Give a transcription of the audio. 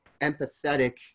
empathetic